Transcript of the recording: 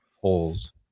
Holes